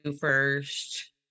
first